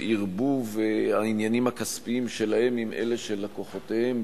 מבקש מהכנסת לאשר את ההצעה בקריאה הראשונה.